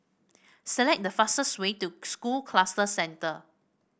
select the fastest way to School Cluster Centre